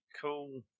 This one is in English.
cool